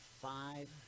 five